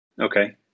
Okay